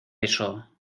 eso